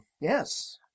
Yes